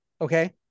Okay